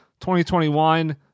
2021